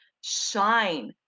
shine